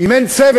אם אין צוות,